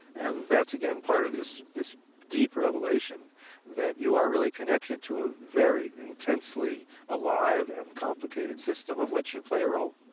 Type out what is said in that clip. and that's again part of this this deep revelation that you are really connected to a very intensely alive and complicated system of which you play a role.